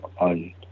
on